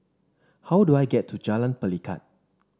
how do I get to Jalan Pelikat